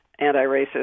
anti-racist